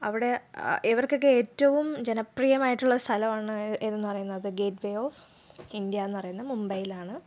അവിടെ ഇവർക്കൊക്കെ ഏറ്റവും ജനപ്രിയമായിട്ടുള്ള സ്ഥലമാണ് ഏതെന്ന് പറയുന്നത് ഗേറ്റ്വേ ഓഫ് ഇന്ത്യ എന്ന് പറയുന്നത് മുംബൈയിലാണ്